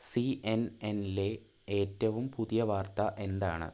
C N എൻലെ ഏറ്റവും പുതിയ വാർത്ത എന്താണ്